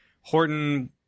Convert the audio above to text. Horton